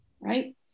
right